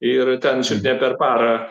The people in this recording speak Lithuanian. ir ten čiut ne per parą